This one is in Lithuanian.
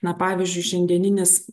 na pavyzdžiui šiandieninis